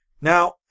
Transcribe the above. Now